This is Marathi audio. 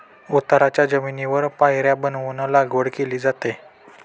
उताराच्या जमिनीवर पायऱ्या बनवून लागवड केली जाते